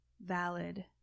valid